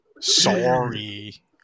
sorry